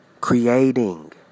Creating